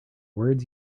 words